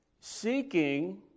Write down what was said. Seeking